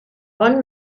bon